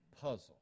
puzzle